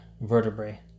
vertebrae